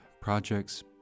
projects